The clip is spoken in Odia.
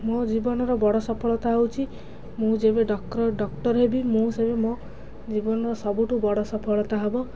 ମୋ ଜୀବନର ବଡ଼ ସଫଳତା ହେଉଛି ମୁଁ ଯେବେ ଡକ୍ଟର୍ ହେବି ମୁଁ ସେବେ ମୋ ଜୀବନର ସବୁଠୁ ବଡ଼ ସଫଳତା ହେବ